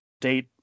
date